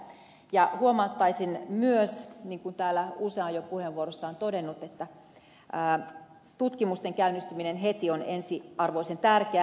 huomauttaisin myös niin kuin täällä usea on jo puheenvuorossaan todennut että tutkimusten käynnistyminen heti on ensiarvoisen tärkeää